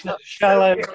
Shallow